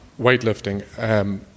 weightlifting